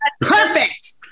Perfect